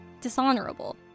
dishonorable